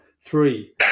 Three